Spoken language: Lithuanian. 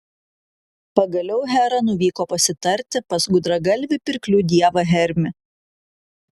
pagaliau hera nuvyko pasitarti pas gudragalvį pirklių dievą hermį